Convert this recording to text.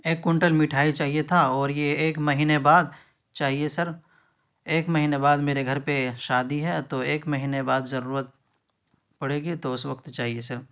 ایک کونٹل مٹھائی چاہیے تھا اور یہ ایک مہینے بعد چاہیے سر ایک مہینے بعد میرے گھر پہ شادی ہے تو ایک مہینے بعد ضرورت پڑے گی تو اس وقت چاہیے سر